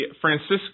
Francisco